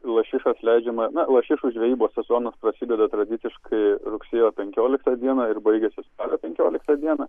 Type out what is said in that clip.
lašišas leidžiama na lašišų žvejybos sezonas prasideda tradiciškai rugsėjo penkioliktą dieną ir baigiasi spalio penkioliktą dieną